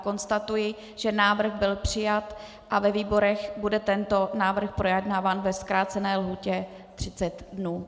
Konstatuji, že návrh byl přijat a ve výborech bude tento návrh projednáván ve zkrácené lhůtě třicet dnů.